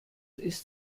ist